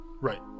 Right